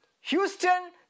Houston